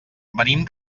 venim